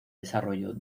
desarrollo